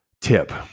tip